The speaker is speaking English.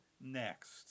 next